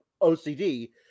OCD